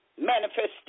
manifestation